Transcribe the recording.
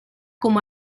como